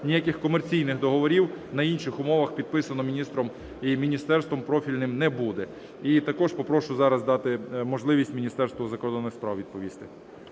ніяких комерційних договорів на інших умовах підписано міністром і міністерством профільним не буде. І також попрошу зараз дати можливість Міністерству закордонних справ відповісти.